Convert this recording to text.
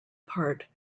part